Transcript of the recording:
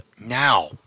now